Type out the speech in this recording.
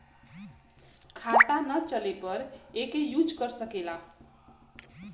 खाता ना रहले पर एके यूज कर सकेला